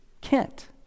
kent